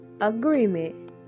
Agreement